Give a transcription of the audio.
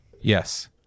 yes